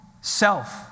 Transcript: self